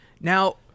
Now